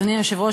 אדוני היושב-ראש,